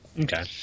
Okay